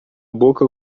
boca